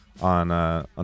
on